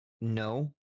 no